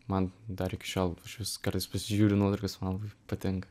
man dar iki šiol aš vis kartais pasižiūriunuotraukas man labai patinka